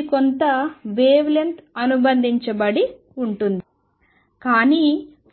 కాబట్టి కొంత wavelength అనుబంధించబడింది కానీ